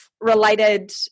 related